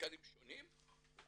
מרכזים שונים.